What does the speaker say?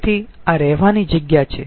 તેથી આ રહેવાની જગ્યા છે